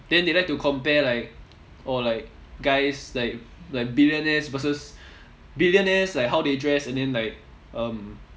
then they like to compare like oh like guys like like billionaires versus billionaires like how they dress and then like um